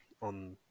on